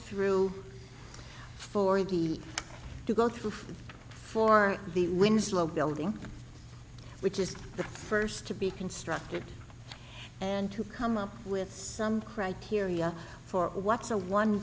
through for you to go through for the winslow building which is the first to be constructed and to come up with some criteria for what's a one